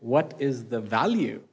what is the value